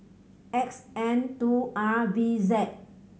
X N two R B Z